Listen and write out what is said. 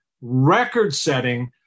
record-setting